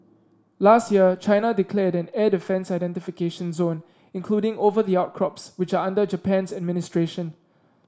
last year China declared an air defence identification zone including over the outcrops which are under Japan's administration